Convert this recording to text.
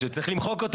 שצריך למחוק אותו.